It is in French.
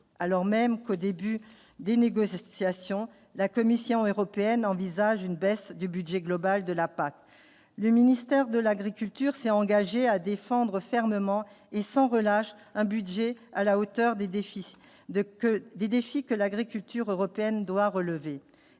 alors même qu'au début des négociations, la Commission européenne envisage une baisse du budget global de la PAC, le ministère de l'Agriculture, s'est engagé à défendre fermement et sans relâche un budget à la hauteur des défis de que des défis que l'agriculture européenne doit relever